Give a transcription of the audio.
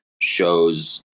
shows